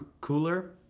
cooler